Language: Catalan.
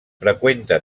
freqüenta